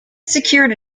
secured